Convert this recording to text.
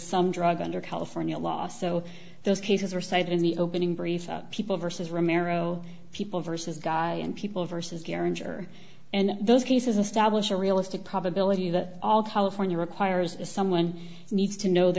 some drug under california law so those cases are cited in the opening brief people versus rim arrow people versus guy and people versus geringer and those cases a stablish a realistic probability that all california requires is someone needs to know the